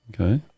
Okay